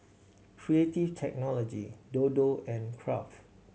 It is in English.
Creative Technology Dodo and Kraft